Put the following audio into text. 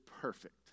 perfect